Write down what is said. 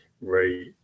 right